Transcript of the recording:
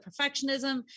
perfectionism